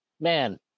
Man